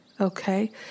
okay